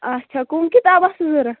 اچھا کُم کِتاب آسوٕ ضروٗرت